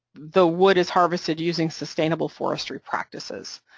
the wood is harvested using sustainable forestry practices,